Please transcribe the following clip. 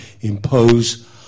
impose